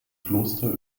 kloster